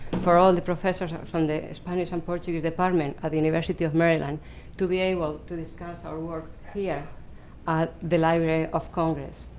for all the professors from the spanish and portuguese department at the university of maryland to be able to discuss our works here at the library of congress.